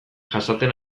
jasaten